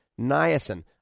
Niacin